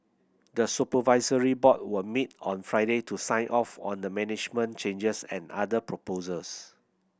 the supervisory board will meet on Friday to sign off on the management changes and other proposals